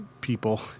people